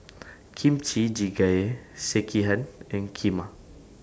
Kimchi Jjigae Sekihan and Kheema